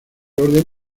orden